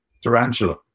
Tarantula